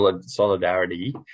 solidarity